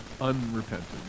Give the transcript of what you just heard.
unrepentant